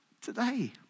today